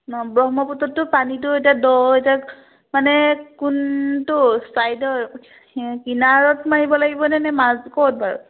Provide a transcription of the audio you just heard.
ন ব্ৰহ্মপুত্ৰতটো পানীটো এতিয়া দ' এতিয়া মানে কোনটো ছাইডৰ কিনাৰত মাৰিব লাগিবনে নে মাজ ক'ত বাৰু